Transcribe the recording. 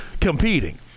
competing